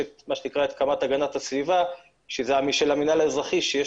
יש מה שנקרא קמ"ט הגנת הסביבה של המינהל האזרחי שיש